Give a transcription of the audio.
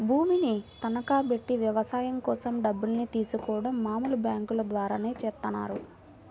భూమిని తనఖాబెట్టి వ్యవసాయం కోసం డబ్బుల్ని తీసుకోడం మామూలు బ్యేంకుల ద్వారానే చేత్తన్నారు